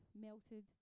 melted